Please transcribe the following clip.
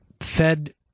Fed